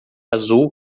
azul